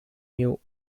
new